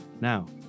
Now